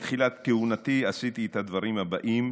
מתחילת כהונתי עשיתי את הדברים האלה: